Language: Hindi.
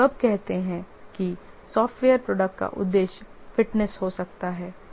आप कब कहते हैं कि सॉफ़्टवेयर प्रोडक्ट का उद्देश्य फिटनेस हो सकता है